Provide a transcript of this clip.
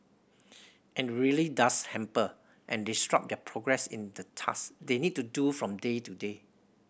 and really does hamper and disrupt their progress in the task they need to do from day to day